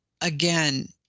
again